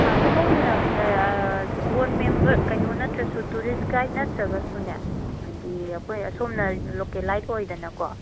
ꯁꯣꯝꯅ ꯀꯩꯅꯣ ꯅꯠꯇ꯭ꯔꯁꯨ ꯇꯨꯔꯤꯁ ꯒꯥꯏꯗ ꯅꯠꯇ꯭ꯔꯒꯁꯨꯅꯦ ꯍꯥꯏꯗꯤ ꯑꯩꯈꯣꯏ ꯑꯁꯣꯝꯅ ꯂꯣꯀꯦꯜꯂꯥꯏꯠ ꯑꯣꯏꯗꯅꯀꯣ